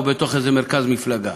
או בתוך איזה מרכז מפלגה.